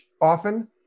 often